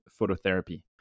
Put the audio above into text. phototherapy